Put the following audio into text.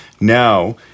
Now